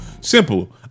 Simple